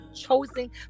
chosen